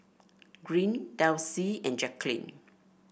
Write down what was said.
Green Delcie and Jaquelin